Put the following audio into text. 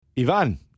Ivan